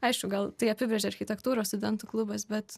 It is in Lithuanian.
aišku gal tai apibrėžia architektūros studentų klubas bet